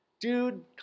dude